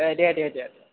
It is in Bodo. ए दे दे दे